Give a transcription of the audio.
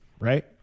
right